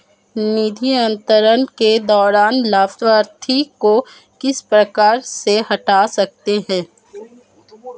निधि अंतरण के दौरान लाभार्थी को किस प्रकार से हटा सकते हैं?